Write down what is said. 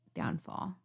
downfall